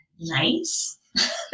nice